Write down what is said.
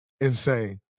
insane